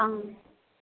ஆ ம்